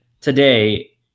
today